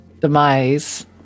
demise